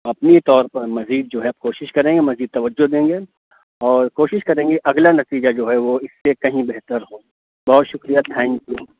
اپنی طور پر مزید جو ہے کوشش کریں گے مزید توجہ دیں گے اور کوشش کریں گے اگلا نتیجہ جو ہے وہ اِس سے کہیں بہتر ہو بہت شُکریہ تھینک یو